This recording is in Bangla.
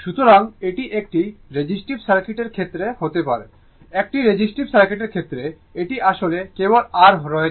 সুতরাং এটি একটি রেজিস্টিভ সার্কিটের ক্ষেত্রে হতে পারে একটি রেজিস্টিভ সার্কিটের ক্ষেত্রে এটি আসলে কেবল R রয়েছে